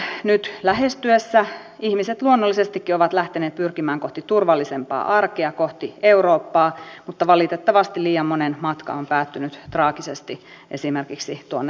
talven nyt lähestyessä ihmiset luonnollisestikin ovat lähteneet pyrkimään kohti turvallisempaa arkea kohti eurooppaa mutta valitettavasti liian monen matka on päättynyt traagisesti esimerkiksi tuonne välimerelle